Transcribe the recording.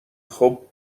خوب